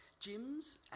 gyms